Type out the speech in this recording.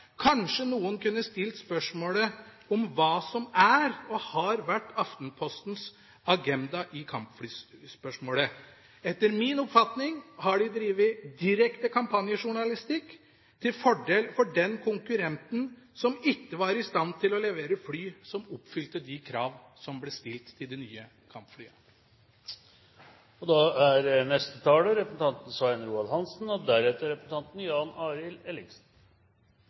Kanskje noen kunne stilt spørsmål om hva som er og har vært Aftenpostens agenda i kampflyspørsmålet. Etter min oppfatning har man drevet direkte kampanjejournalistikk til fordel for den konkurrenten som ikke var i stand til å levere fly som oppfylte de krav som ble stilt til de nye